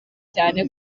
cyane